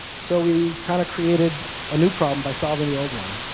so we kind of created a new problem by solving the old one.